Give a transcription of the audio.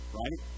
right